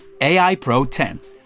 AIPRO10